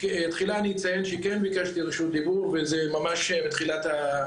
תחילה אני אציין שכן ביקשתי רשות דיבור וזה ממש בתחילה.